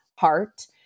heart